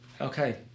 okay